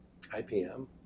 IPM